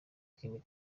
bikini